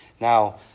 Now